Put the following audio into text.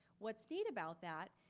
what's neat about that,